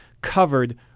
covered